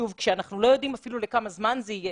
כשאנחנו עוד לא יודעים לכמה זמן זה יהיה,